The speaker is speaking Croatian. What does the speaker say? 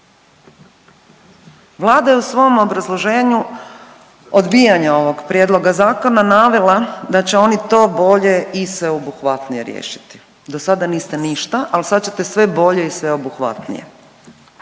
Vlada je u svom obrazloženju odbijanja ovog prijedloga zakona navela da će oni to bolje i sveobuhvatnije riješiti. Dosada niste ništa, ali sada ćete sve bolje i sve obuhvatnije.